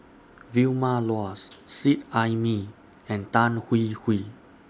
Vilma Laus Seet Ai Mee and Tan Hwee Hwee